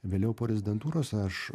vėliau po rezidentūros aš